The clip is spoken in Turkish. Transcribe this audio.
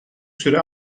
süre